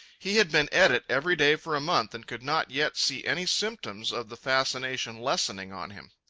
he had been at it every day for a month and could not yet see any symptoms of the fascination lessening on him.